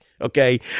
Okay